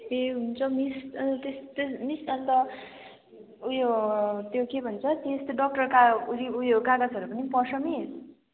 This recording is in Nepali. ए हुन्छ मिस त्यस त्यस मिस अन्त उयो त्यो के भन्छ त्यो यस्तो डाक्टरका उयो कागजहरू पनि पर्छ मिस